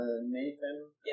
Nathan